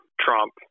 Trump